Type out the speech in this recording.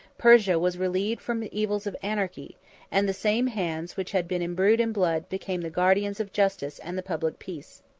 persia was relieved from the evils of anarchy and the same hands which had been imbrued in blood became the guardians of justice and the public peace.